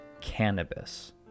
cannabis